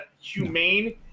humane